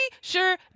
sure